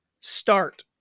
start